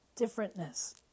differentness